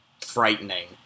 frightening